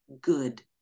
good